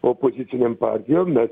opozicinėm partijom mes